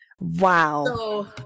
wow